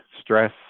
stress